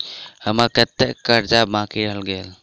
हम्मर कत्तेक कर्जा बाकी रहल गेलइ?